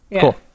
Cool